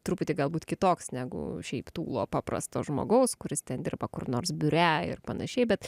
truputį galbūt kitoks negu šiaip tūlo paprasto žmogaus kuris ten dirba kur nors biure ir panašiai bet